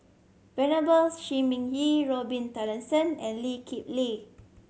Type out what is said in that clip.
Venerable Shi Ming Yi Robin Tessensohn and Lee Kip Lee